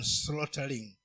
slaughtering